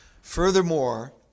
Furthermore